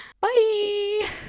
Bye